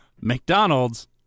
McDonald's